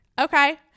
Okay